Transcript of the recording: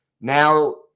now